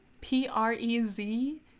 P-R-E-Z